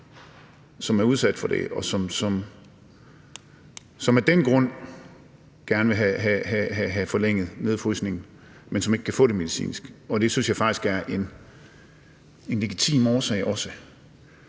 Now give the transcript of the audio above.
som er udsat for det, og som af den grund gerne vil have forlænget nedfrysningen, men som ikke kan få det, altså af medicinske årsager. Og det synes jeg faktisk også er en legitim årsag.